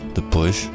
Depois